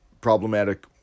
problematic